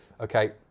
Okay